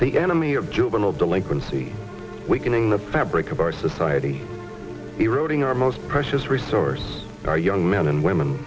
the enemy of juvenile delinquency weakening the fabric of our society eroding our most precious resource our young men and women